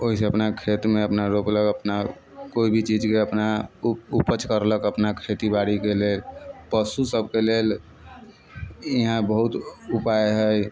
ओहिसँ अपना खेतमे अपना रोपलक अपना कोइ भी चीजके अपना उ उपज करलक अपना खेतीबाड़ीके लेल पशु सभके लेल यहाँ बहुत उपाय है